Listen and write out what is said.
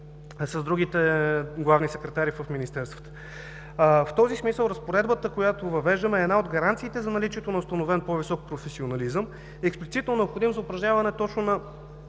с другите главни секретари в министерствата. В този смисъл разпоредбата, която въвеждаме, е една от гаранциите за наличието на установен по-висок професионализъм, експлицитно необходим за упражняването точно на